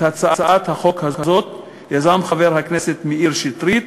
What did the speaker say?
את הצעת החוק הזאת יזם חבר הכנסת מאיר שטרית,